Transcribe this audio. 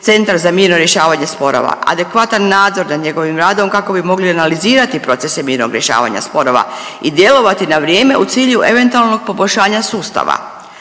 Centar za mirno rješavanje sporova, adekvatan nadzor nad njegovim radom kako bi mogli analizirati procese mirnog rješavanja sporova i djelovati na vrijem u cilju eventualnog poboljšanja sustava.